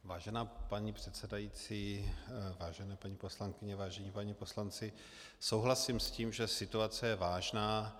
Vážená paní předsedající, vážené paní poslankyně, vážení páni poslanci, souhlasím s tím, že situace je vážná.